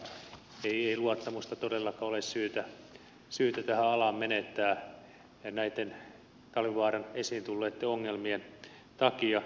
ei luottamusta tähän alaan todellakaan ole syytä menettää näitten talvivaaran esiin tulleitten ongelmien takia